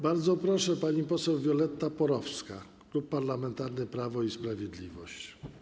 Bardzo proszę, pani poseł Violetta Porowska, Klub Parlamentarny Prawo i Sprawiedliwość.